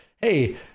hey